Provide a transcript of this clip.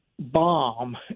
bomb